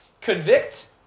convict